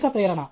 అధిక ప్రేరణ